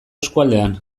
eskualdean